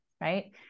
right